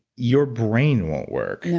your brain won't work,